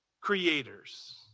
creators